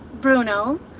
Bruno